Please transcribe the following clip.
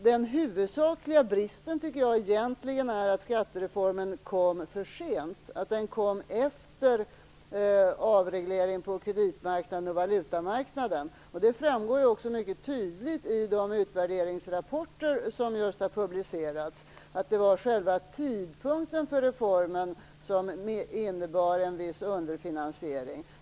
Den huvudsakliga bristen är egentligen att skattereformen kom för sent, att den kom efter avregleringen på kreditmarknaden och valutamarknaden. Detta framgår också mycket tydligt i de utvärderingsrapporter som just har publicerats. Det var själva tidpunkten för reformens genomförande som innebar en viss underfinansiering.